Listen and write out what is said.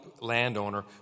landowner